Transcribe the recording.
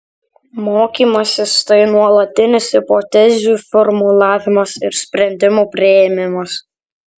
mokymasis tai nuolatinis hipotezių formulavimas ir sprendimų priėmimas